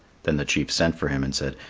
then the chief sent for him and said,